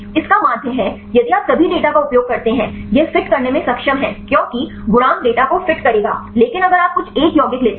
इसका माध्यहै यदि आप सभी डेटा का उपयोग करते हैं यह फिट करने में सक्षम है क्योंकि गुणांक डेटा को फिट करेगा लेकिन अगर आप कुछ एक यौगिक लेते हैं